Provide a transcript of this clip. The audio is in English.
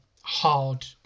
hard